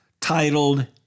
titled